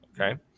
okay